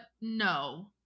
no